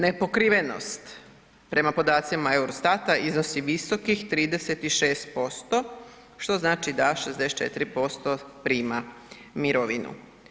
Nepokrivenost prema podacima EUROSTAT-a iznosi visokih 36% što znači da 64% prima mirovinu.